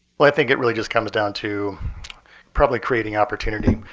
well, i think it really just comes down to probably creating opportunity.